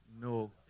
No